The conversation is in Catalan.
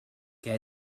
què